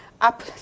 up